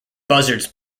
buzzards